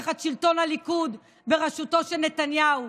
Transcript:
תחת שלטון הליכוד בראשותו של נתניהו,